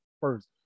first